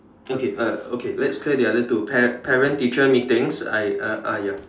okay uh okay let's clear the other two pa~ parent teacher meetings I I uh uh ya